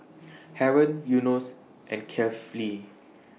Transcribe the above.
Haron Yunos and Kefli